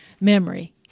memory